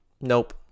Nope